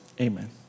amen